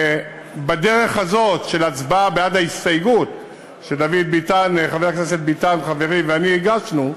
ובדרך הזאת של הצבעה בעד ההסתייגות שחבר הכנסת דוד ביטן ואני הגשנו,